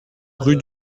rue